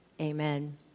Amen